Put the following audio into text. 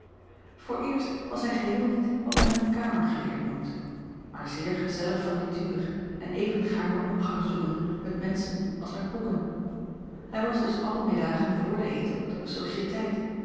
vooreerst was hij geheel niet wat men een kamergeleerde noemt maar zeer gezellig van natuur en even gaarne omgang zoekende met menschen als met boeken hij was dus alle middagen voor den eten op de sociëteit